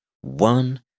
one